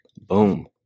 Boom